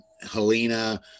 Helena